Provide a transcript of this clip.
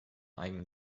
eigenen